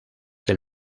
del